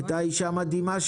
הייתה שם אישה מדהימה,